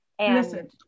Listen